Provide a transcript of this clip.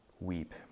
weep